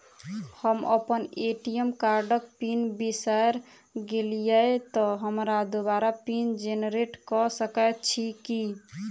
हम अप्पन ए.टी.एम कार्डक पिन बिसैर गेलियै तऽ हमरा दोबारा पिन जेनरेट कऽ सकैत छी की?